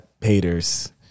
haters